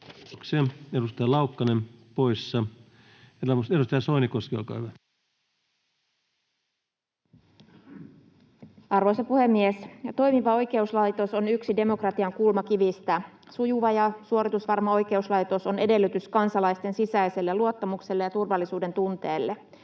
hallinnonala Time: 19:33 Content: Arvoisa puhemies! Toimiva oikeuslaitos on yksi demokratian kulmakivistä. Sujuva ja suoritusvarma oikeuslaitos on edellytys kansalaisten sisäiselle luottamukselle ja turvallisuudentunteelle.